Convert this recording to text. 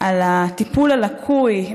על הטיפול הלקוי,